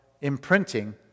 imprinting